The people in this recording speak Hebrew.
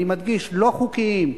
אני מדגיש: לא חוקיים,